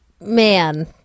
Man